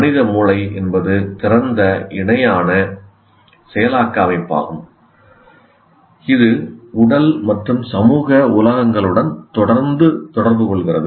மனித மூளை என்பது திறந்த இணையான செயலாக்க அமைப்பாகும் இது உடல் மற்றும் சமூக உலகங்களுடன் தொடர்ந்து தொடர்பு கொள்கிறது